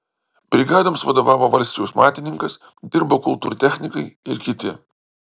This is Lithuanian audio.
brigadoms vadovavo valsčiaus matininkas dirbo kultūrtechnikai ir kiti